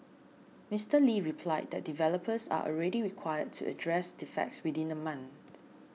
Mister Lee replied that developers are already required to address defects within a month